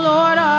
Lord